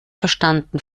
verstanden